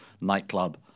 nightclub